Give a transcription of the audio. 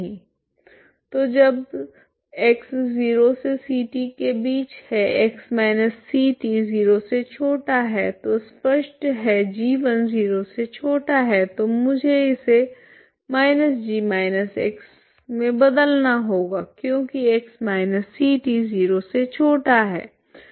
तो जब 0xct x ct0 तो स्पष्ट है g10 तो मुझे इसे -g से बदलना होगा क्योकि x ct0